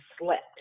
slept